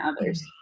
others